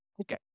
Okay